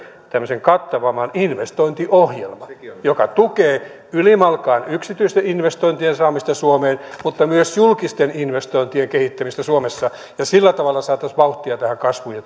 kattavamman investointiohjelman joka tukee ylimalkaan yksityisten investointien saamista suomeen mutta myös julkisten investointien kehittämistä suomessa sillä tavalla saataisiin vauhtia kasvuun ja